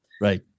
right